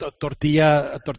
tortilla